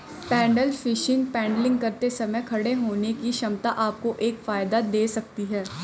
pedal fishing paddling करते समय खड़े होने की क्षमता आपको एक फायदा दे सकती है